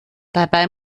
dabei